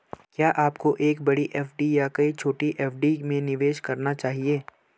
क्या आपको एक बड़ी एफ.डी या कई छोटी एफ.डी में निवेश करना चाहिए?